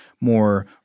more